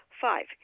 Five